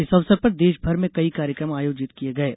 इस अवसर पर देश भर में कई कार्यक्रम आयोजित किये गये